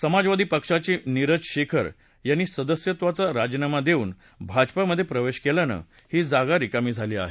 समाजवादी पक्षाचे निरज शेखर यांनी सदस्यत्वाचा राजीनामा देऊन भाजपामधे प्रवेश केल्यानं ही जागा रिकामी झाली होती